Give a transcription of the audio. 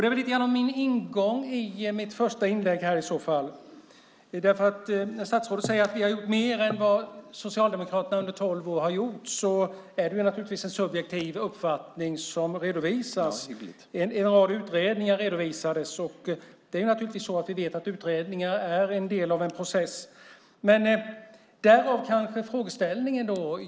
Det är ingången till mitt första inlägg. När statsrådet säger att den nuvarande regeringen har gjort mer än Socialdemokraterna gjorde under tolv år är det naturligtvis en subjektiv uppfattning som redovisas. En rad utredningar redovisades, och det är naturligtvis så att utredningar är en del av en process. Därav kommer min frågeställning.